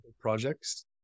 projects